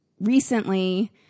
recently